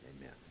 Amen